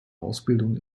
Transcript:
ausbildung